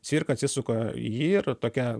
cvirka atsisuka į jį ir tokia